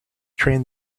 train